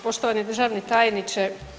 Poštovani državni tajniče.